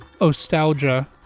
nostalgia